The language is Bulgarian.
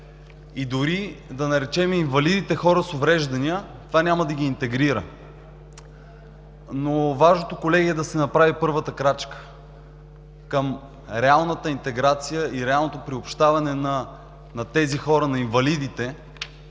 Дори да наречем инвалидите „хора с увреждания“, това няма да ги интегрира. Важното, колеги, е да се направи първата крачка към реалната интеграция и реалното приобщаване на тези хора – на инвалидите,